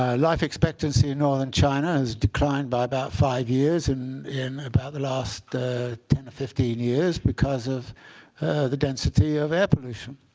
ah life expectancy in northern china has declined by about five years and in about the last ten or fifteen years because of the density of air pollution.